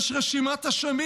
יש רשימת אשמים.